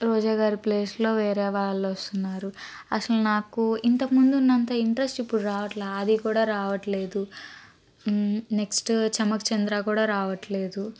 రోజా గారి ప్లేస్లో వేరే వాళ్ళు వస్తున్నారు అసలు నాకు ఇంతకుముందు ఉన్నంత ఇంట్రెస్ట్ ఇప్పుడు రావట్లేదు ఆది కూడా రావట్లేదు నెక్స్ట్ చమ్మక్ చంద్ర కూడా రావట్లేదు